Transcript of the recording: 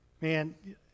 Man